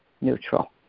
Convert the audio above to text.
neutral